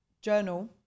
journal